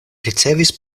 ricevis